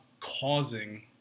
causing